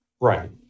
Right